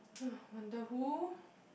wonder who